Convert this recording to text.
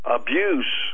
abuse